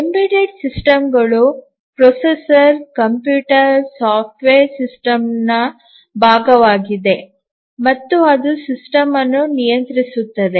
embedded ಸಿಸ್ಟಂಗಳು processor computer software ಸಿಸ್ಟಮ್ನ ಭಾಗವಾಗಿದೆ ಮತ್ತು ಅದು ಸಿಸ್ಟಮ್ ಅನ್ನು ನಿಯಂತ್ರಿಸುತ್ತದೆ